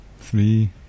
three